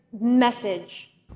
message